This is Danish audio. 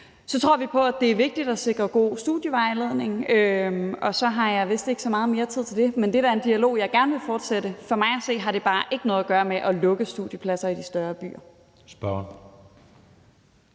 Så tror vi på, at det er vigtigt at sikre god studievejledning. Og så har jeg vist ikke så meget mere tid, men det er da en dialog, jeg gerne vil fortsætte. For mig at se har det bare ikke noget at gøre med at lukke studiepladser i de større byer.